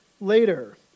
later